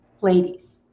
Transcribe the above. ladies